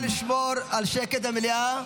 חברים, חברים, נא לשמור על שקט במליאה.